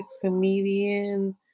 comedian